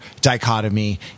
dichotomy